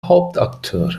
hauptakteure